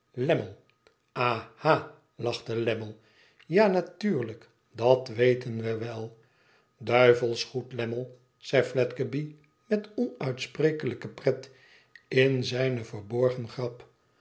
ha lachte lammie tja natuurlijk dat weten we wel sduivelsch goed lammie zei fledgeby met onuitsprekelijke pret in zijne verborgen